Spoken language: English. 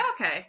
Okay